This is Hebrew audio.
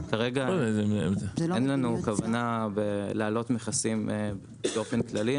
כרגע אין לנו כוונה להעלות מכסים באופן כללי.